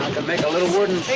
make a little wooden